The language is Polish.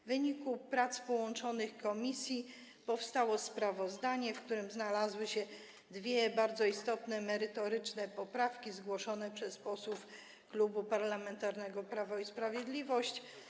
W wyniku prac połączonych komisji powstało sprawozdanie, w którym znalazły się dwie bardzo istotne, merytoryczne poprawki, zgłoszone przez posłów Klubu Parlamentarnego Prawo i Sprawiedliwość.